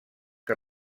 que